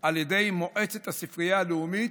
על ידי מועצת הספרייה הלאומית,